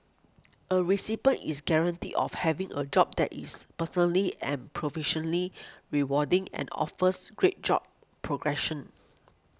a recipient is guaranteed of having a job that is personally and profession lea rewarding and offers great job progression